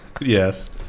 Yes